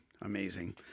Amazing